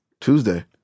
Tuesday